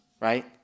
right